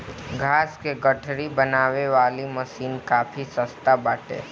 घास कअ गठरी बनावे वाली मशीन काफी सस्ता बाटे